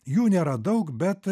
jų nėra daug bet